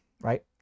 right